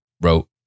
wrote